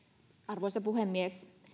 arvoisa puhemies